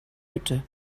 hütte